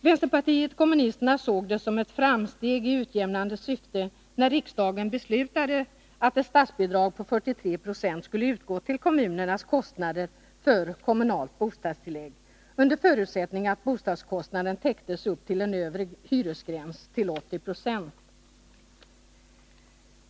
Vänsterpartiet kommunisterna såg det som ett framsteg i utjämnande riktning när riksdagen beslutade om ett statsbidrag på 43 26 till kommunernas kostnader för kommunalt bostadstillägg, att utbetalas under förutsättning att bostadskostnaden täcktes upp till en övre hyresgräns vid 80 90.